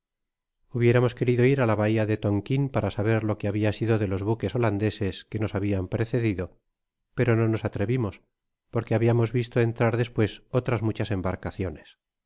biéramos querido ir á la bahia de tonquin para saber lo que habia sido de los buques holandeses qüe nos habian precedido pero no nos atrevimos porque habiamos visto entrar despues otras muchas embarcaciones